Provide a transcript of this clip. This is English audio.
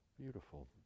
beautiful